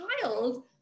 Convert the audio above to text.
child